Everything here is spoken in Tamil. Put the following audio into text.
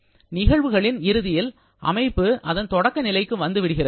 நிகழ்வுகளின் இறுதியில் அமைப்பு அதன் தொடக்க நிலைக்கு வந்து விடுகிறது